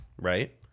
right